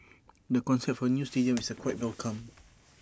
the concept of A new stadium is quite welcome